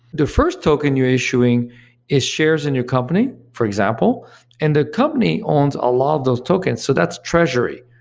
the first token you're issuing is shares in your company, for example and the company owns a lot of those tokens, so that's treasury.